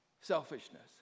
Selfishness